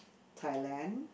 Thailand